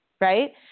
right